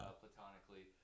platonically